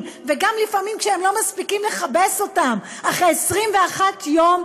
וגם לפעמים כשהם לא מספיקים לכבס אותם אחרי 21 יום,